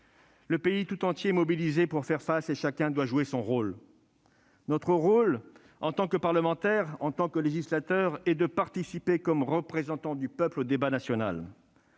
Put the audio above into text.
Le pays tout entier est mobilisé pour faire face et chacun doit jouer son rôle. Notre rôle, en tant que parlementaires, en tant que législateur, est de participer comme représentants du peuple au débat national.